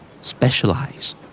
Specialize